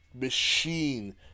machine